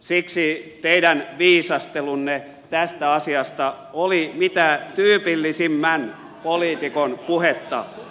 siksi teidän viisastelunne tästä asiasta oli mitä tyypillisimmän poliitikon puhetta